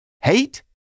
Hate